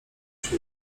się